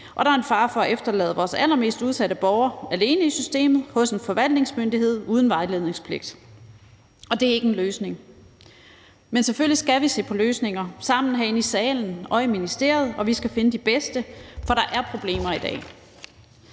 og der er en fare for at efterlade vores allermest udsatte borgere alene i systemet hos en forvaltningsmyndighed uden vejledningspligt, og det er ikke en løsning. Men selvfølgelig skal vi se på løsninger sammen herinde i salen og i ministeriet, og vi skal finde de bedste, for der er problemer i dag.